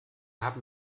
haben